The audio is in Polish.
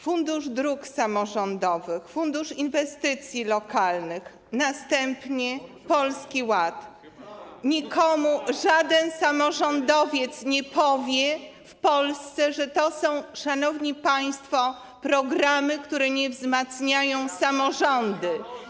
Fundusz Dróg Samorządowych, fundusz inwestycji lokalnych, następnie Polski Ład - żaden samorządowiec w Polsce nie powie, że są to, szanowni państwo, programy, które nie wzmacniają samorządów.